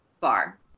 bar